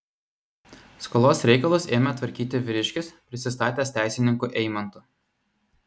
skolos reikalus ėmė tvarkyti vyriškis prisistatęs teisininku eimantu